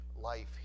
life